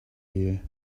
here